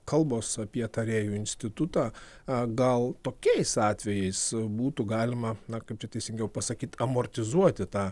kalbos apie tarėjų institutą gal tokiais atvejais būtų galima na kaip čia teisingiau pasakyt amortizuoti tą